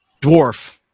Dwarf